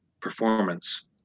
performance